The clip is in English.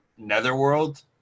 netherworld